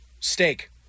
Steak